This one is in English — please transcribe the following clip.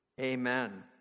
Amen